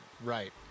Right